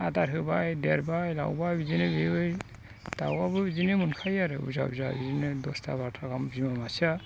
आदार होबाय देरबाय लावबाय बिदिनो दाउआबो बिदिनो मोनखायो आरो बुरजा बुरजा बिदिनो दसथा बार'था गाहाम बिमा मासेया